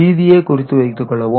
மீதியை குறித்து வைத்துக் கொள்ளவும்